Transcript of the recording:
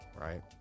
right